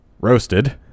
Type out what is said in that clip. Roasted